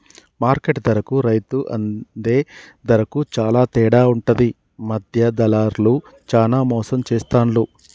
market ధరకు రైతు అందే ధరకు చాల తేడా ఉంటది మధ్య దళార్లు చానా మోసం చేస్తాండ్లు